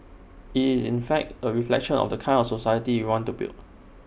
IT is in fact A reflection of the kind of society we want to build